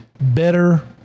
better